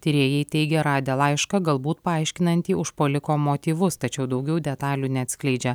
tyrėjai teigia radę laišką galbūt paaiškinantį užpuoliko motyvus tačiau daugiau detalių neatskleidžia